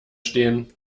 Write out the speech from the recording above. stehen